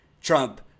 Trump